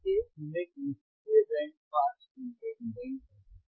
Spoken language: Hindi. इससे हम एक निष्क्रिय बैंड पास फ़िल्टर डिज़ाइन कर सकते हैं